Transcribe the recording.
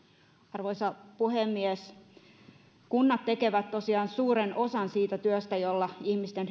arvoisa puhemies kunnat tekevät tosiaan suuren osan siitä työstä jolla ihmisten